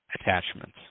attachments